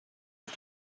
ist